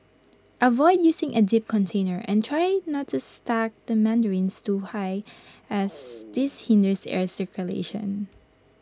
avoid using A deep container and try not to stack the mandarins too high as this hinders air circulation